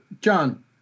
John